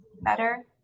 better